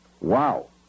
Wow